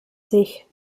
sich